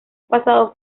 pasado